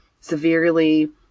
severely